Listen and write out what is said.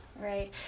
Right